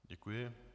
Děkuji.